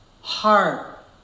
heart